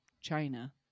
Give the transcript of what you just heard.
china